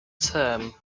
term